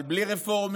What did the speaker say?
אבל בלי רפורמים,